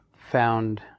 found